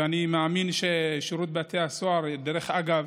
ואני מאמין ששירות בתי הסוהר, דרך אגב,